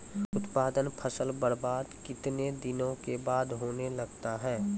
उत्पादन फसल बबार्द कितने दिनों के बाद होने लगता हैं?